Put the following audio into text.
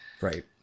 Right